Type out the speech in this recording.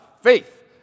faith